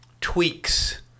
tweaks